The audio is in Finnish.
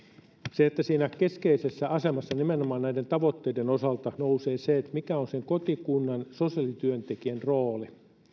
siinä keskeiseen asemaan nimenomaan näiden tavoitteiden osalta nousee se mikä on kotikunnan sosiaalityöntekijän rooli